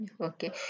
Okay